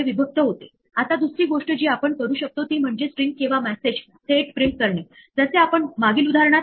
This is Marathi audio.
हे असे म्हणते की हे करून पहा आणि जर काही चुकत असेलतर योग्य एक्सेप्ट कडे एकामागून एक जाता येते